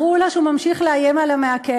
אמרו לה שהוא ממשיך לאיים עליה מהכלא,